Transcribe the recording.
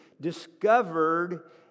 discovered